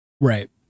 Right